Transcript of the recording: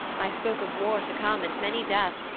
i spoke of war to come and many deaths,